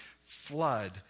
flood